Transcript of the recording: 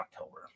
October